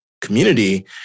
community